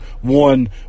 one